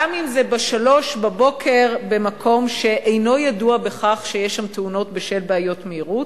גם אם זה ב-03:00 במקום שאינו ידוע בכך שיש בו תאונות בשל בעיות מהירות.